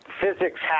physics